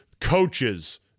coaches